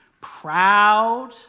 proud